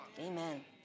Amen